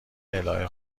الهه